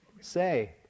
Say